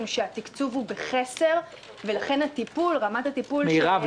שהתקצוב הוא בחסר ולכן רמת הטיפול --- מירב,